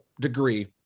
degree